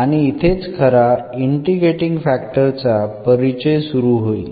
आणि इथेच खरा इंटिग्रेटींग फॅक्टर चा परिचय सुरु होईल